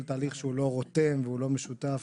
כל תהליך שהוא לא רותם ולא משותף,